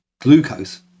glucose